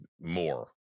more